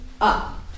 up